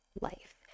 life